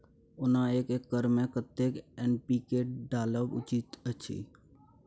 ओना एक एकर मे कतेक एन.पी.के डालब उचित अछि?